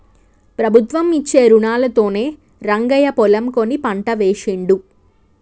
ప్రభుత్వం ఇచ్చే రుణాలతోనే రంగయ్య పొలం కొని పంట వేశిండు